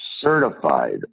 certified